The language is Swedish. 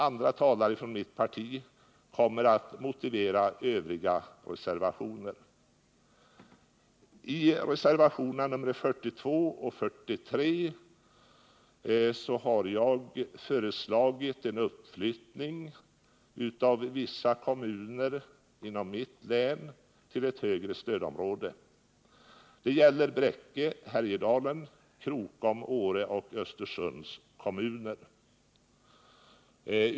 Andra talare från mitt parti kommer att motivera övriga reservationer. I reservationerna 42 och 43 har jag föreslagit en uppflyttning av vissa kommuner inom mitt län till ett högre stödområde. Det gäller följande kommuner: Bräcke, Härjedalen, Krokom, Åre och Östersund.